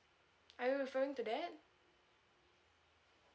are you referring to that